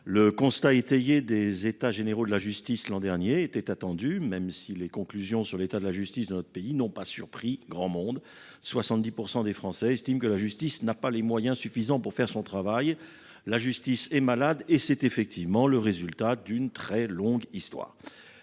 ressorti des États généraux de la justice, qui se sont tenus l'an dernier, était attendu, même si leurs conclusions sur l'état de la justice dans notre pays n'ont pas surpris grand monde : 70 % des Français estiment que la justice n'a pas les moyens suffisants pour faire son travail. La justice est malade ; c'est en effet le résultat d'une très longue histoire.